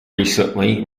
recently